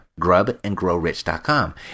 grubandgrowrich.com